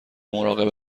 مراقب